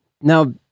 Now